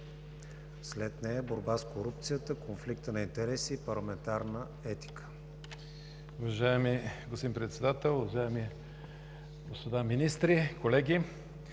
за борба с корупцията, конфликт на интереси и парламентарна етика.